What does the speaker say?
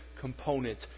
component